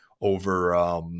over